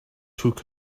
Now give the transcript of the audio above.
took